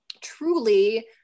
truly